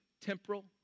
temporal